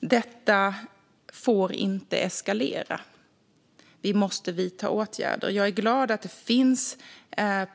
Detta får inte eskalera. Vi måste vidta åtgärder. Jag är glad att det finns